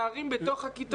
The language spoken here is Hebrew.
אתה יוצר פערים בתוך הכיתות.